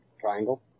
Triangle